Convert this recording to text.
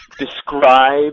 Describe